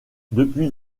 depuis